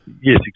Yes